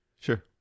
Sure